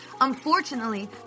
Unfortunately